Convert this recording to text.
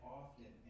often